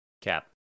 Cap